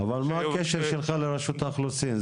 אבל מה הקשר שלך לרשות האוכלוסין?